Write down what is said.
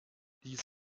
diese